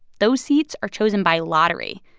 those seats are chosen by lottery,